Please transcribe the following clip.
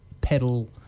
pedal